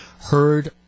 heard